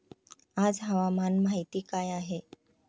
आज हवामान माहिती काय आहे?